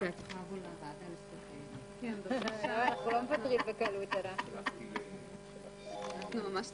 הישיבה ננעלה בשעה 13:40.